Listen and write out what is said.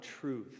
truth